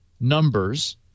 numbers